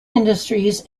industries